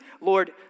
Lord